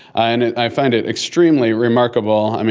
i and i find it extremely remarkable,